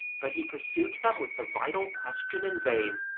but he pursued them with the vital question in vain